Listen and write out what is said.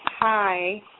Hi